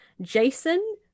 jason